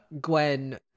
Gwen